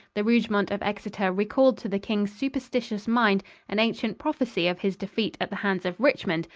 the rougemont of exeter recalled to the king's superstitious mind an ancient prophecy of his defeat at the hands of richmond,